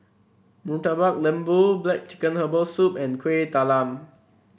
Murtabak Lembu black chicken Herbal Soup and Kueh Talam